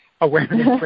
awareness